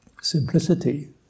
Simplicity